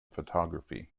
photography